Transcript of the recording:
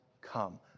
come